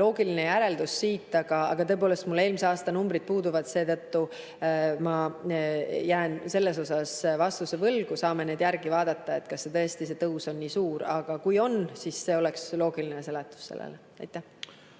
loogiline järeldus. Aga tõepoolest, mul eelmise aasta numbrid praegu puuduvad, seetõttu jään selles osas vastuse võlgu. Saame järele vaadata, kas tõesti see tõus on nii suur. Kui on, siis see oleks loogiline seletus sellele. Aitäh!